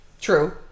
true